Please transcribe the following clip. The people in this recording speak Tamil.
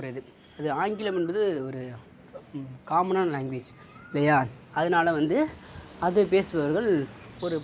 ஒரு இது அது ஆங்கிலம் என்பது ஒரு காமனான லாங்க்வேஜ் இல்லையா அதனால வந்து அப்படி பேசுபவர்கள் ஒரு